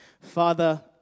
Father